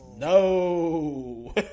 no